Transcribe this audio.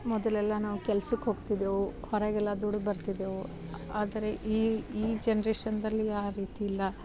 ಮೊದಲೆಲ್ಲ ನಾವು ಕೆಲ್ಸಕ್ಕೆ ಹೋಗ್ತಿದ್ದೆವು ಹೊರಗೆಲ್ಲ ದುಡಿದು ಬರ್ತಿದ್ದೆವು ಆದರೆ ಈ ಈ ಜನ್ರೇಶನ್ದಲ್ಲಿ ಆ ರೀತಿಯಿಲ್ಲ